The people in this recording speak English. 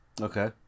Okay